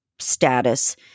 status